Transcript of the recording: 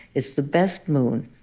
it's the best moon.